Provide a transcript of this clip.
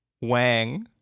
Wang